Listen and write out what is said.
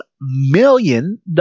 million